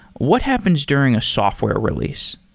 what happens during a software release?